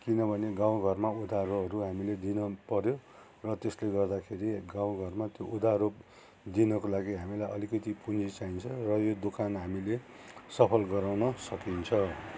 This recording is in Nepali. किनभने गाउँ घरमा उधारोहरू हामीले दिन पऱ्यो र त्यसले गर्दाखेरि गाउँघरमा त्यो उधारो दिनको लागि हामीलाई अलिकति पुँजी चाहिन्छ र यो दोकान हामीले सफल गराउन सकिन्छ